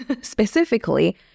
specifically